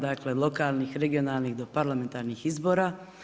Dakle, lokalnih, regionalnih, do parlamentarnih izbora.